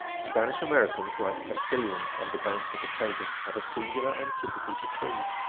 spanish americans, like castilians on the banks of the tagus, have a singular antipathy to trees.